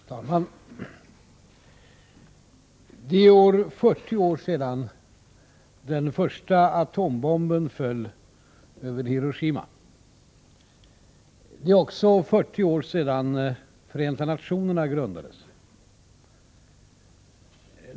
Fru talman! Det är i år 40 år sedan den första atombomben föll över Hiroshima. Det är också 40 år sedan Förenta nationerna grundades.